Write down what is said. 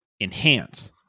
enhance